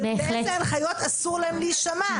לאיזה הנחיות אסור להם להישמע.